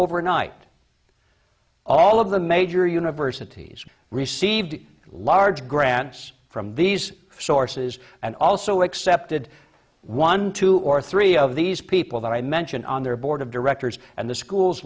overnight all of the major universities received large grants from these sources and also accepted one two or three of these people that i mentioned on their board of directors and the schools